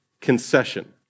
concession